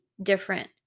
different